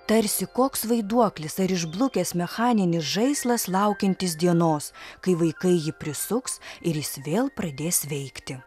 tarsi koks vaiduoklis ar išblukęs mechaninis žaislas laukiantis dienos kai vaikai jį prisuks ir jis vėl pradės veikti